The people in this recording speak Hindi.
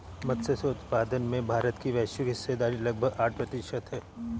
मत्स्य उत्पादन में भारत की वैश्विक हिस्सेदारी लगभग आठ प्रतिशत है